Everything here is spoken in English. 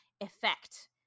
effect